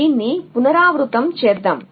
దీన్ని పునరావృతం చేద్దాం